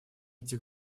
этих